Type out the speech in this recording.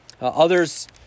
Others